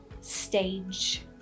stage